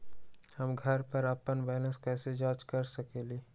हम घर पर अपन बैलेंस कैसे जाँच कर सकेली?